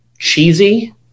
cheesy